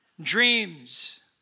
dreams